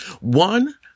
One